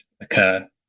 occur